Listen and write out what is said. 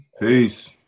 Peace